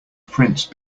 prince